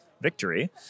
victory